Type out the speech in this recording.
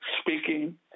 speaking